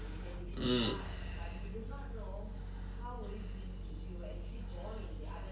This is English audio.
mm